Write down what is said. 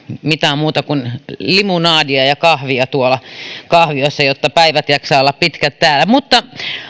mitään muuta kuin limonadia ja kahvia tuolla kahviossa jotta pitkät päivät jaksaa olla täällä mutta